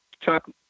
chuck